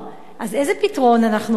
אז איזה פתרון אנחנו מוצאים,